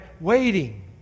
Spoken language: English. waiting